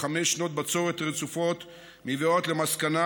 וחמש שנות בצורת רצופות מביאות למסקנה